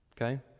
okay